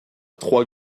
trois